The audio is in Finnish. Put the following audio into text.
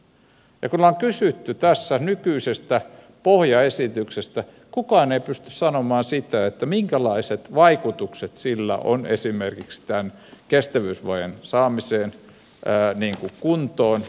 ja kun ollaan kysytty tässä nykyisestä pohjaesityksestä kukaan ei pysty sanomaan sitä minkälaiset vaikutukset sillä on esimerkiksi tämän kestävyysvajeen saamiseen kuntoon